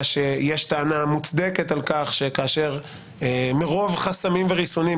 שיש טענה מוצדקת על כך שכאשר מרוב חסמים וריסונים,